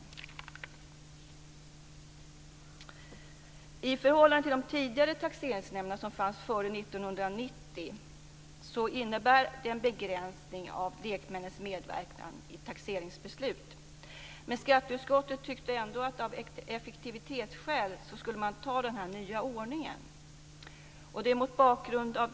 I förhållande till de tidigare taxeringsnämnderna som fanns före 1990 innebär detta en begränsning av lekmännens medverkan i taxeringsbeslut. Men skatteutskottet tyckte ändå att man av effektivitetsskäl skulle besluta om den här nya ordningen.